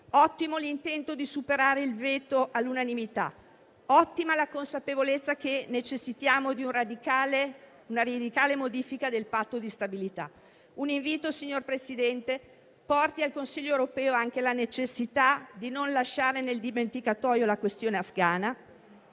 ottimo l'intento di superare il veto all'unanimità; ottima la consapevolezza che necessitiamo di una radicale modifica del Patto di stabilità. Un invito, signor Presidente: porti al Consiglio europeo anche la necessità di non lasciare nel dimenticatoio la questione afgana.